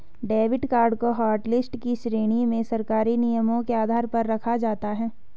debit card को hotlist की श्रेणी में सरकारी नियमों के आधार पर रखा जाता है